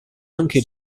anche